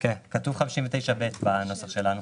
59(ב)".